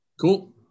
Cool